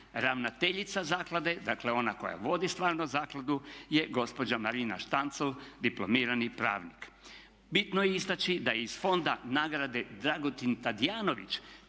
Ravnateljica zaklade dakle ona koja vodi stvarno zakladu je gospođa Marina Štancl diplomirani pravnik. Bitno je istači da iz fonda nagrade Dragutin Tadijanović